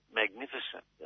magnificent